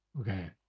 Okay